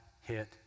hit